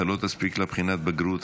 אתה לא תספיק לבחינת הבגרות,